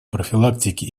профилактики